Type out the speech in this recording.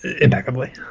impeccably